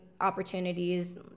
opportunities